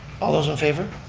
all those in favor?